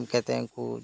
ᱮᱢ ᱠᱟᱛᱮᱫ ᱩᱱᱠᱩ